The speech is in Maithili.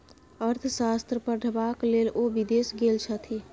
अर्थशास्त्र पढ़बाक लेल ओ विदेश गेल छथि